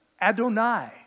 Adonai